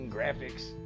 Graphics